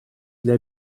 для